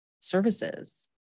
services